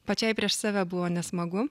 pačiai prieš save buvo nesmagu